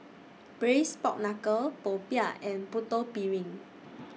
Braised Pork Knuckle Popiah and Putu Piring